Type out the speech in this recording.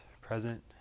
present